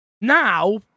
Now